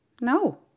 No